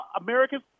Americans